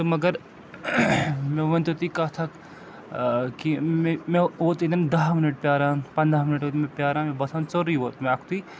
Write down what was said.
تہٕ مگر مےٚ ؤنۍتو تُہۍ کَتھ اکھ کہِ مےٚ مےٚ ووت ییٚتٮ۪ن دَہ مِنٹ پیٛاران پنٛداہ مِنٹ ووت مےٚ پیٛاران مےٚ باسان ژوٚرُے ووت مےٚ اَکھتُے